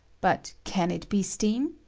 but can it be steam?